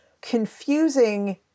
confusing